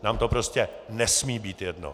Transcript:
Nám to prostě nesmí být jedno!